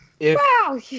Wow